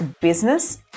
business